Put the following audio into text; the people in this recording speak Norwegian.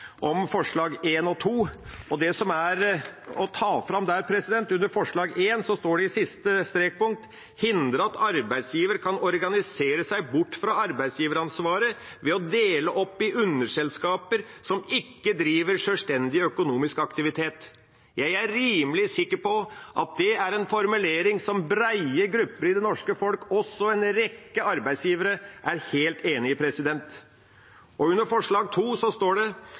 om forslagene nr. 1 og 2. Det som er å ta fram i forslag nr. 1, står i det siste strekpunktet: «– hindre at arbeidsgiver kan organisere seg bort fra arbeidsgiveransvaret ved å dele opp i underselskaper som ikke driver selvstendig økonomisk aktivitet.» Jeg er rimelig sikker på at det er en formulering som brede grupper i det norske folk, også en rekke arbeidsgivere, er helt enig i. I forslag nr. 2 står det